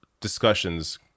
discussions